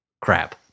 crap